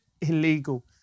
illegal